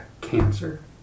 cancer